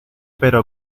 pero